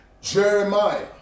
Jeremiah